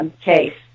case